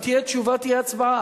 אם תהיה תשובה, תהיה הצבעה.